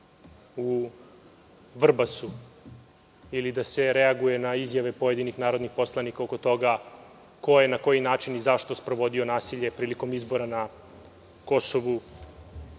u Vrbasu ili da se reaguje na izjave pojedinih narodnih poslanika oko toga ko je na koji način i zašto sprovodio nasilje prilikom izbora na Kosovu